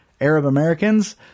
Arab-Americans